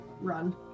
run